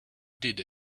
did